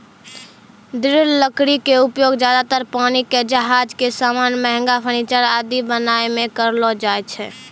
दृढ़ लकड़ी के उपयोग ज्यादातर पानी के जहाज के सामान, महंगा फर्नीचर आदि बनाय मॅ करलो जाय छै